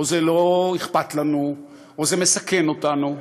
או זה לא אכפת לנו, או זה מסכן אותנו,